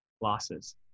losses